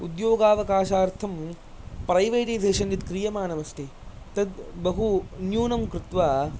उद्योगावकाशार्थं privatisation इति यत् क्रियमाणमस्ति तद् बहु न्यूनं कृत्वा